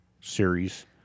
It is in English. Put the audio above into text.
series